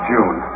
June